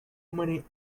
many